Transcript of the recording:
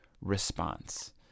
response